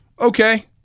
Okay